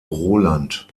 roland